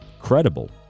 credible